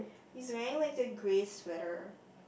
he's wearing like a grey sweater